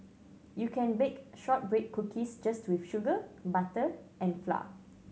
you can bake shortbread cookies just with sugar butter and flour